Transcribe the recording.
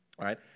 right